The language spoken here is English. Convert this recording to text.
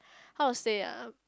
how to say ah